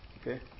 Okay